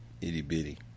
itty-bitty